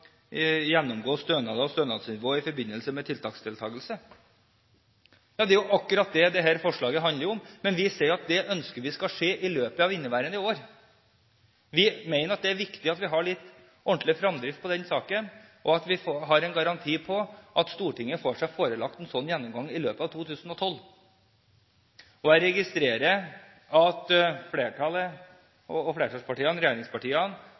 gjennomgå stønadsordninger og stønadsnivået i forbindelse med tiltaksdeltakelse. Det er jo akkurat det dette forslaget handler om, men vi sier at vi ønsker at dette skal skje i løpet av inneværende år. Vi mener det er viktig at vi har en ordentlig fremdrift på den saken, og at vi har en garanti for at Stortinget får seg forelagt en slik gjennomgang i løpet av 2012. Jeg registrerer at flertallet og flertallspartiene, regjeringspartiene,